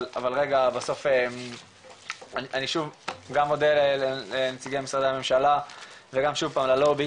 אבל רגע בסוף אני שוב גם מודה לנציגי משרדי הממשלה וגם שוב פעם ללובי